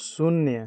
शून्य